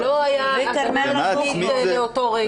זה לא היה הגנה עצמית לאותו רגע.